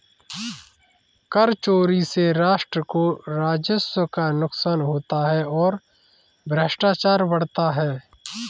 कर चोरी से राष्ट्र को राजस्व का नुकसान होता है और भ्रष्टाचार बढ़ता है